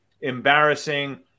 embarrassing